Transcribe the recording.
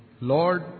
Lord